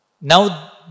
now